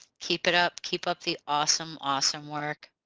keep it up keep up the awesome awesome work.